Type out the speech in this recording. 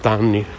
anni